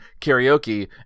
karaoke